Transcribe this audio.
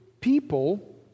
people